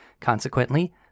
Consequently